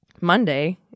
Monday